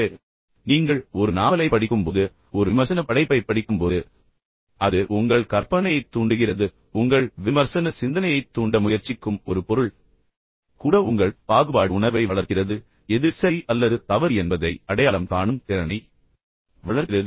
அதேசமயம் நீங்கள் ஒரு நாவலைப் படிக்கும்போது ஒரு விமர்சனப் படைப்பைப் படிக்கும்போது அது உங்கள் கற்பனையைத் தூண்டுகிறது அல்லது உங்கள் விமர்சன சிந்தனையைத் தூண்ட முயற்சிக்கும் ஒரு பொருள் கூட உங்கள் பாகுபாடு உணர்வை வளர்க்கிறது எது சரி அல்லது தவறு என்பதை அடையாளம் காணும் திறனை வளர்க்கிறது